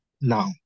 now